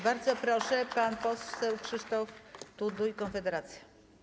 Bardzo proszę, pan poseł Krzysztof Tuduj, Konfederacja.